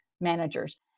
managers